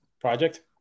Project